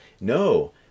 No